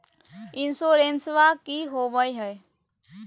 इंसोरेंसबा की होंबई हय?